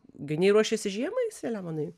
geniai ruošiasi žiemai saliamonai